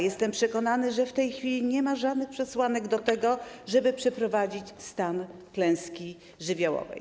Jestem przekonany, że w tej chwili nie ma żadnych przesłanek do tego, żeby wprowadzić stan klęski żywiołowej.